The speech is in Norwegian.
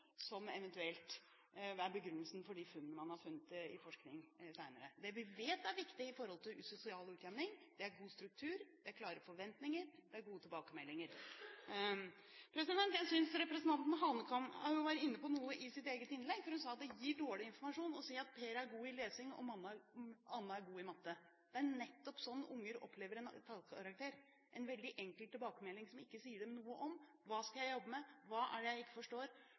som eventuelt er begrunnelsen for de funnene man har gjort i forskning senere. Det vi vet er viktig i forhold til sosial utjevning, er god struktur, klare forventninger og gode tilbakemeldinger. Jeg synes representanten Hanekamhaug var inne på noe i sitt innlegg. Hun sa at det gir dårlig informasjon å si at Per er god i lesing og Anne er god i matte. Det er nettopp slik unger opplever en tallkarakter, en veldig enkel tilbakemelding som ikke sier dem noe om hva de skal jobbe med, hva det er de ikke forstår,